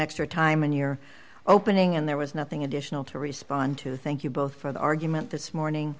extra time in your opening and there was nothing additional to respond to thank you both for the argument this morning